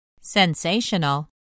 Sensational